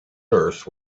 earth